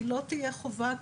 היא לא תהיה חובה,